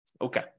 Okay